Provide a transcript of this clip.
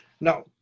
Now